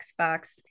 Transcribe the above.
xbox